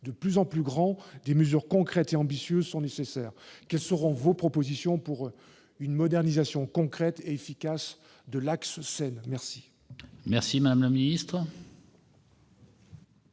de plus en plus grands, des mesures concrètes et ambitieuses sont nécessaires. Quelles seront vos propositions pour une modernisation réelle et efficace de l'axe Seine ? La parole est à Mme la ministre.